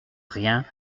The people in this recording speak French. rien